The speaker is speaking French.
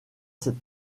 cette